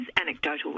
anecdotal